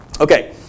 Okay